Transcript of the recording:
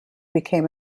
became